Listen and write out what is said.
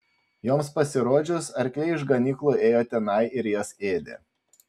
joms pasirodžius arkliai iš ganyklų ėjo tenai ir jas ėdė